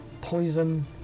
poison